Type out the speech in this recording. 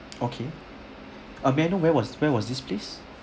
okay uh may I know where was where was this place